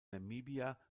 namibia